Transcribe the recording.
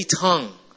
tongue